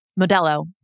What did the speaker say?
Modelo